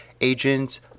agents